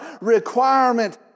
requirement